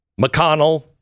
McConnell